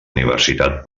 universitat